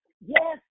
yes